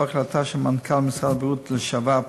ולאור ההחלטה של מנכ"ל משרד הבריאות לשעבר,